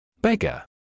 Beggar